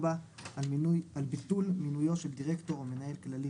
על ביטול מיוניו של דירקטור או מנהל כללי